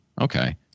okay